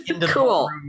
Cool